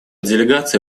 делегация